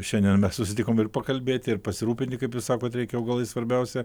šiandien mes susitikom ir pakalbėti ir pasirūpinti kaip jūs sakot reikia augalais svarbiausia